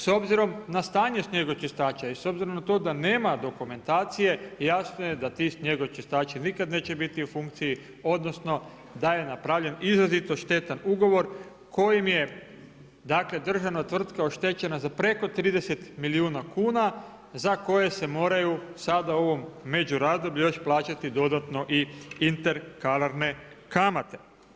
S obzirom na stanje snijegočistača i s obzirom na to da nema dokumentacije, jasno je da ti snijegočistači nikada neće biti u funkciji, odnosno, da je napravljen izrazito štetan ugovor, kojim je državna tvrtka oštećena za preko 30 milijuna kuna, za koje se moraju sada u ovom međurazdoblju još plaćati dodatno i interkalarne kamate.